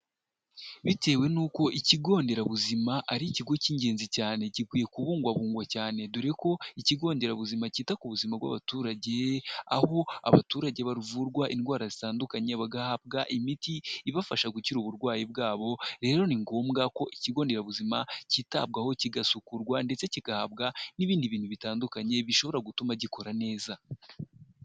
Bitewe nuko ikigonderabuzima ari ikigo cy'ingenzi cyane gikwiye kubungwabungwa cyane dore ko ikigonderabuzima cyita ku buzima bw'abaturage, aho abaturage baruvurwa indwara zitandukanye bagahabwa imiti ibafasha gukira uburwayi bwabo rero ni ngombwa ko ikigonderabuzima kitabwaho kigasukurwa ndetse kigahabwa n'ibindi bintu bitandukanye bishobora gutuma gikora neza.